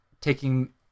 taking